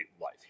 life